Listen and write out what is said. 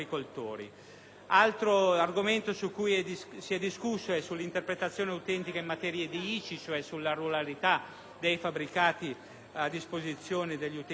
Altri argomenti su cui si è discusso sono l'interpretazione autentica in materia di ICI (cioè sulla ruralità dei fabbricati a disposizione degli utenti agricoli)